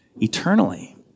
eternally